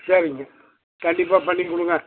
சரிங்க கண்டிப்பாக பண்ணிக் கொடுங்க